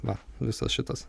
va visos šitos